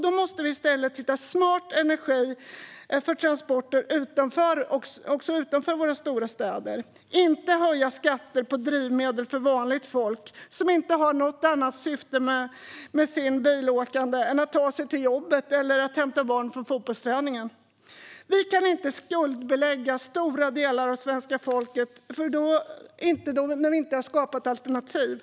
Då måste vi i stället hitta smart energi för transporter också utanför våra stora städer och inte höja skatterna på drivmedel för vanligt folk som inte har något annat syfte med sitt bilåkande än att ta sig till jobbet eller att hämta barn från fotbollsträningen. Vi kan inte skuldbelägga stora delar av svenska folket när vi inte har skapat alternativ.